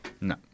No